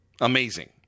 amazing